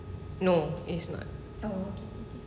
no it's not